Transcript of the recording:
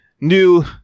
new